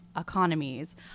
economies